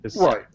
Right